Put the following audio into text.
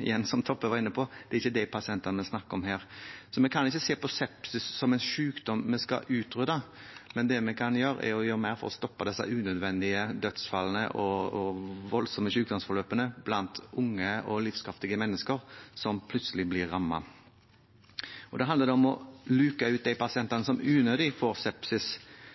Igjen, som Toppe var inne på: Det er ikke de pasientene det er snakk om her. Så vi kan ikke se på sepsis som en sykdom vi skal utrydde, men det vi kan gjøre, er å gjøre mer for å stoppe disse unødvendige dødsfallene og voldsomme sykdomsforløpene blant unge og livskraftige mennesker som plutselig blir rammet. Det handler om å luke ut de pasientene som unødig får sepsis,